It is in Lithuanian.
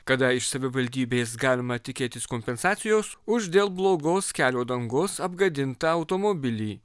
kada iš savivaldybės galima tikėtis kompensacijos už dėl blogos kelio dangos apgadintų automobilį